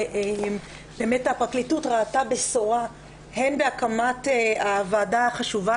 הפרקליטות ראתה בשורה הן בהקמת הוועדה החשובה